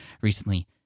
recently